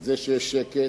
את זה שיש שקט,